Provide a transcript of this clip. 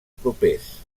propers